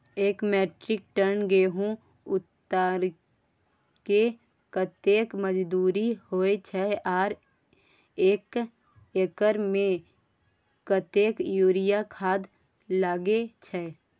एक metric ton गेहूं उतारेके कतेक मजदूरी होय छै आर एक एकर में कतेक यूरिया खाद लागे छै?